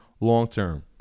long-term